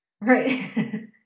Right